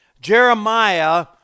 Jeremiah